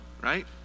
right